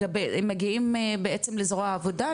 הם מגיעים בעצם לזרוע העבודה?